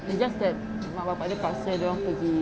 it's just that mak bapak dia paksa dia orang pergi